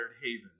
haven